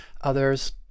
others